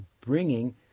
bringing